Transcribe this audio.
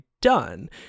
done